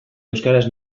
euskaraz